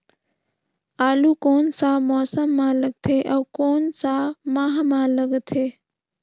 आलू कोन सा मौसम मां लगथे अउ कोन सा माह मां लगथे?